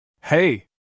Hey